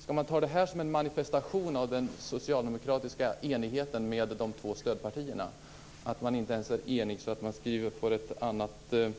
Ska man ta det som en manifestation av den socialdemokratiska enigheten med de två stödpartierna att man inte ens är så enig att man får till